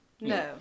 No